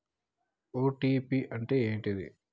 OTP అంటే ఏంటిది?